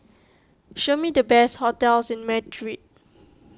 show me the best hotels in Madrid